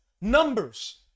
numbers